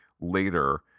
later